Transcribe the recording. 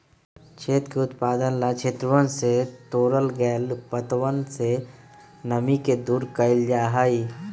चाय के उत्पादन ला क्षेत्रवन से तोड़ल गैल पत्तवन से नमी के दूर कइल जाहई